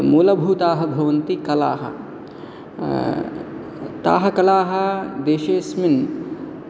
मूलभूताः भवन्ति कलाः ताः कलाः देशेऽस्मिन्